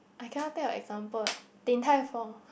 I cannot think of example Din Tai Fung